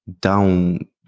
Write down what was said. down